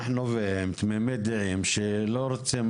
אנחנו והם תמימי דעים שלא רוצים